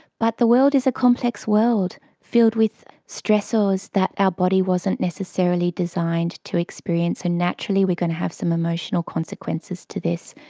but the world is a complex world, filled with stressors that our body wasn't necessarily designed to experience, and naturally we are going to have some emotional consequences to this.